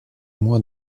mois